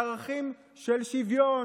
לערכים של שוויון,